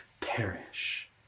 perish